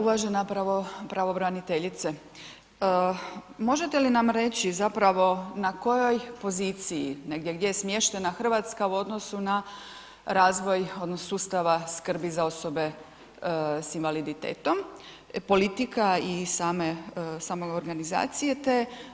Uvažena pravobraniteljice, možete li nam reći zapravo na kojoj poziciji, negdje gdje je smještena Hrvatska u odnosu na razvoj sustava skrbi za osobe sa invaliditetom, politika i same organizacije te?